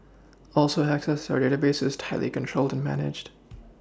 also access our database is tightly controlled managed